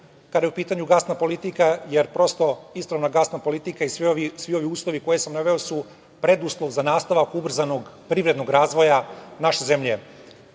kada je gasna politika, jer prosto ispravna gasna politika i svi ovi uslovi koje sam naveo su preduslov za nastavak ubrzanog privrednog razvoja naše